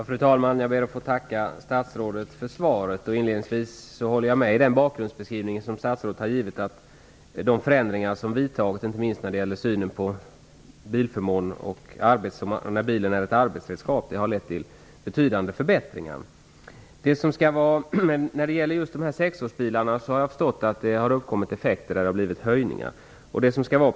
Fru talman! Jag ber att få tacka statsrådet för svaret. Inledningsvis kan jag säga att jag håller med om den bakgrundsbeskrivning som statsrådet har givit, att de förändringar som vidtagits, inte minst i fråga om synen på bilförmånen och bilen som arbetsredskap, har lett till betydande förbättringar. När det gäller sexårsbilarna har jag förstått att det uppkommit effekter som inneburit skattehöjningar.